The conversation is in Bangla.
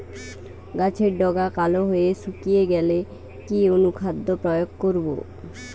গাছের ডগা কালো হয়ে শুকিয়ে গেলে কি অনুখাদ্য প্রয়োগ করব?